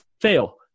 fail